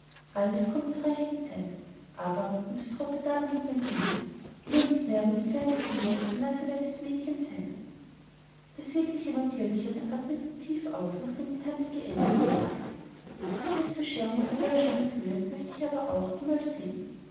alles kommt zur rechten zeit aber und sie drohte dabei mit dem finger nur nicht mehr wenn es wieder weihnacht wird ein naseweises mädelchen sein das wirkliche mathildchen atmete tief auf nachdem die tante geendet und sagte die christbescherung auf der böllsteiner höhe möchte ich aber doch auch einmal sehen